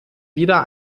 wieder